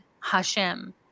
HaShem